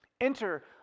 Enter